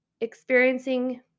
experiencing